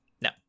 No